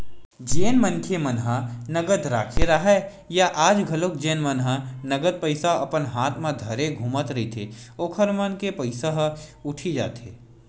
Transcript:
जेन मनखे मन ह नगद रखे राहय या आज घलोक जेन मन ह नगद पइसा अपन हात म धरे घूमत रहिथे ओखर मन के पइसा ह उठी जाथे